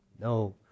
No